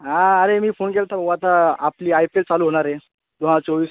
हां अरे मी फोन केला होता हो आता आपली आय पी एल चालू होणार आहे दोनहजार चोवीस